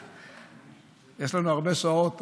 יש לנו הרבה שעות,